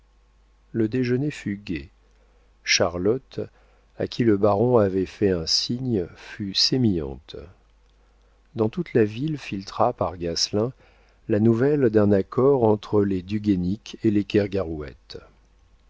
le déjeuner fut gai charlotte à qui le baron avait fait un signe fut sémillante dans toute la ville filtra par gasselin la nouvelle d'un accord entre les du guénic et les kergarouët après